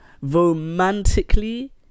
romantically